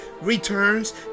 returns